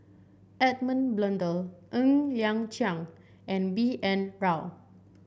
Edmund Blundell Ng Liang Chiang and B N Rao